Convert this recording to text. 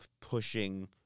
pushing